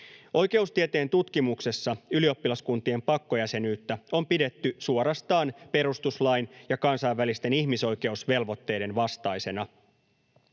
Oikeustieteen tutkimuksessa ylioppilaskuntien pakkojäsenyyttä on pidetty suorastaan perustuslain ja kansainvälisten ihmisoikeusvelvoitteiden vastaisena.